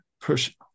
push